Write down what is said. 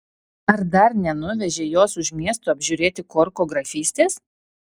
ar dar nenuvežei jos už miesto apžiūrėti korko grafystės